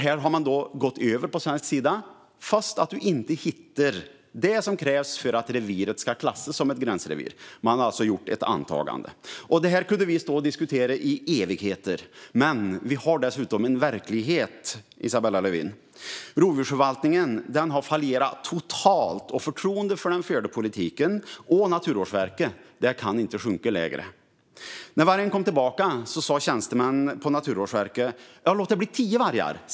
Här har man gått över på svensk sida fast man inte hittar det som krävs för att reviret ska klassas som ett gränsrevir. Man har alltså gjort ett antagande. Det här skulle vi kunna stå och diskutera i evigheter, men vi har dessutom en verklighet, Isabella Lövin. Rovdjursförvaltningen har fallerat totalt, och förtroendet för den förda politiken och Naturvårdsverket kan inte sjunka lägre. När vargen kom tillbaka sa tjänstemän på Naturvårdsverket: Låt det bli tio vargar!